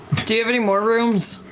do you have any more rooms?